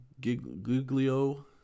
Guglio